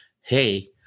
hey